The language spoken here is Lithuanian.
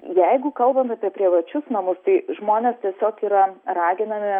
jeigu kalbant apie privačius namus tai žmonės tiesiog yra raginami